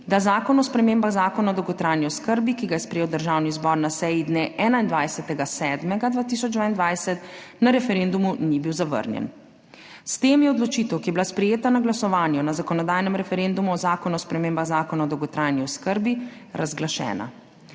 da Zakon o spremembah Zakona o dolgotrajni oskrbi, ki ga je sprejel Državni zbor na seji dne 21. 7. 2022, na referendumu ni bil zavrnjen. S tem je odločitev, ki je bila sprejeta na glasovanju na zakonodajnem referendumu o Zakonu o spremembah Zakona o dolgotrajni oskrbi razglašena.